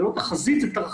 זה לא תחזית, זה תרחיש.